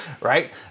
right